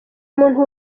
muntu